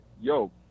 yo